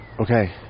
Okay